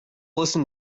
listen